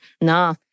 Nah